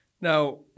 Now